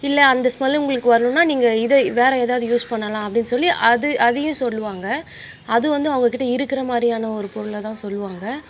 இல்லை அந்த ஸ்மெல்லு உங்களுக்கு வருணுன்னால் நீங்கள் இது வேறு ஏதாவது யூஸ் பண்ணலாம் அப்படின்னு சொல்லி அது அதையும் சொல்லுவாங்க அது வந்து அவங்கக் கிட்டே இருக்கிற மாதிரியான ஒரு பொருளை தான் சொல்லுவாங்க